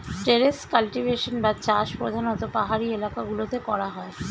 terrace cultivation বা চাষ প্রধানতঃ পাহাড়ি এলাকা গুলোতে করা হয়